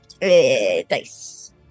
dice